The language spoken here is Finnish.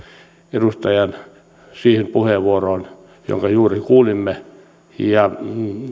edustajan siihen puheenvuoroon jonka juuri kuulimme ja